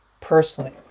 personally